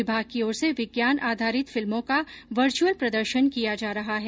विभाग की ओर से विज्ञान आधारित फिल्मों का वर्चुअल प्रदर्शन किया जा रहा है